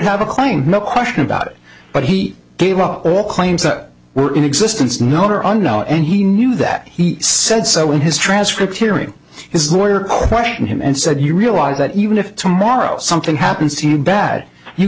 have a claim no question about it but he gave up all claims that were in existence not or are now and he knew that he said so in his transcript hearing his lawyer question him and said you realize that even if tomorrow something happens to you bad you